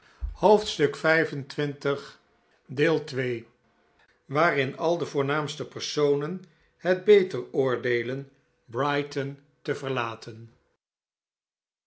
xxv waarin al de voornaamste personen het beter oordeelen brighton te